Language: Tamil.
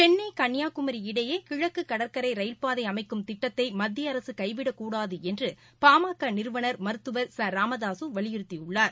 சென்னை கன்னியாகுமரி இடையே கிழக்கு கடற்கரை ரயில்பாதை அமைக்கும் திட்டத்தை மத்திய அரசு கைவிடக்கூடாது என்று பாமக நிறுவனர் மருத்துவர் ச ராமதாசு வலியுறுத்தியுள்ளார்